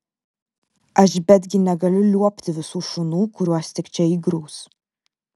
aš betgi negaliu liuobti visų šunų kuriuos tik čia įgrūs